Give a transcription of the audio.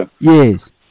Yes